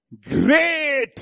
Great